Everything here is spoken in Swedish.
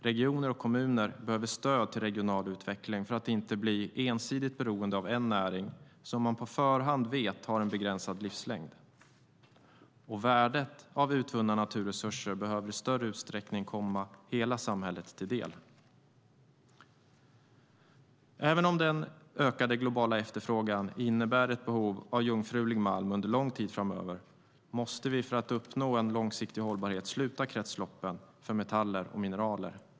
Regioner och kommuner behöver stöd till regional utveckling för att inte bli ensidigt beroende av en näring som man på förhand vet har en begränsad livslängd. Värdet av utvunna naturresurser behöver i större utsträckning komma hela samhället till del. Även om den ökade globala efterfrågan innebär ett behov av jungfrulig malm under en lång tid framöver, måste vi för att uppnå en långsiktig hållbarhet sluta kretsloppen för metaller och mineraler.